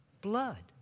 Blood